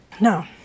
No